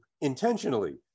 intentionally